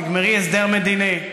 תגמרי הסדר מדיני,